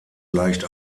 leicht